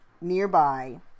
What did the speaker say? nearby